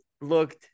looked